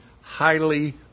highly